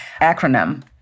Acronym